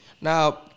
Now